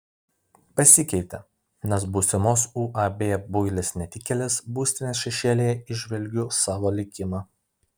pasikeitė nes būsimos uab builis netikėlis būstinės šešėlyje įžvelgiu savo likimą